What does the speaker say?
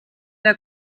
der